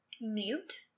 Mute